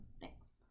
Thanks